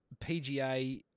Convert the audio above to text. PGA